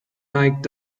neigt